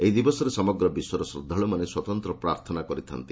ଏହି ଦିବସରେ ସମଗ୍ର ବିଶ୍ୱର ଶ୍ରଦ୍ଧାଳୁମାନେ ସ୍ୱତନ୍ତ୍ର ପ୍ରାର୍ଥନା କରିଥାଆନ୍ତି